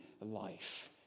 life